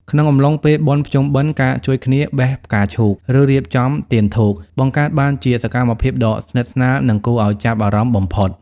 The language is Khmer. ក្នុងអំឡុងពេលបុណ្យភ្ជុំបិណ្ឌ ការជួយគ្នា "បេះផ្កាឈូក" ឬ "រៀបចំទៀនធូប" បង្កើតបានជាសកម្មភាពដ៏ស្និទ្ធស្នាល និងគួរឱ្យចាប់អារម្មណ៍បំផុត។